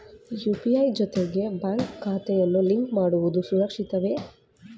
UPI ಜೊತೆಗೆ bank ಖಾತೆಯನ್ನು link ಮಾಡುವುದು ಸುರಕ್ಷಿತವೇ?